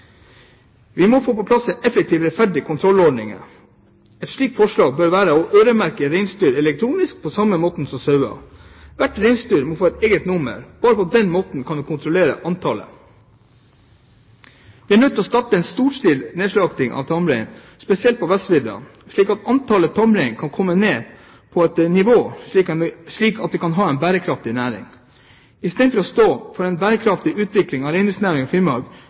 Vi må få på plass effektive og rettferdige kontrollordninger. Et slikt forslag bør være å øremerke reinsdyr elektronisk på samme måte som sauer. Hvert reinsdyr må få et eget nummer. Bare på den måten kan vi kontrollere antallet. Vi er nødt til å starte en storstilt nedslakting av tamrein, spesielt på vestvidda, slik at antallet tamrein kan komme ned på et slikt nivå at vi kan ha en bærekraftig næring. Istedenfor å stå for en bærekraftig utvikling av reindriftsnæringen i Finnmark velger Stortinget og